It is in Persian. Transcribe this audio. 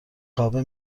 خوابه